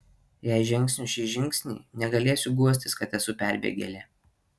jei žengsiu šį žingsnį negalėsiu guostis kad esu perbėgėlė